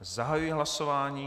Zahajuji hlasování.